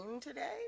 today